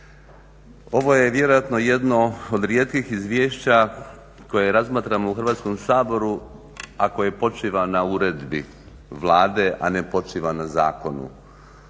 Ovo je vjerojatno jedno od rijetkih izvješća koje razmatramo u Hrvatskom saboru, a koje počiva na uredbi Vlade, a ne počiva na zakonu.